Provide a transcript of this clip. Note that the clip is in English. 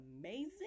amazing